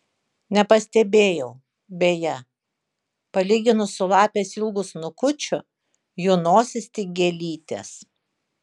nepastebėjau beje palyginus su lapės ilgu snukučiu jų nosys tik gėlytės